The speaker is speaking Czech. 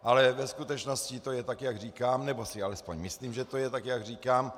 Ale ve skutečnosti je to tak, jak říkám, nebo si alespoň myslím, že to je tak, jak říkám.